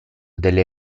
delle